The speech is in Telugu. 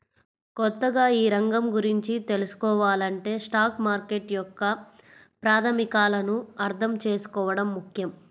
కొత్తగా ఈ రంగం గురించి తెల్సుకోవాలంటే స్టాక్ మార్కెట్ యొక్క ప్రాథమికాలను అర్థం చేసుకోవడం ముఖ్యం